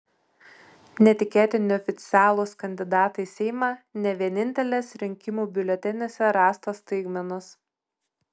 netikėti neoficialūs kandidatai į seimą ne vienintelės rinkimų biuleteniuose rastos staigmenos